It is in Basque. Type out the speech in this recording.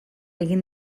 egin